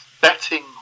betting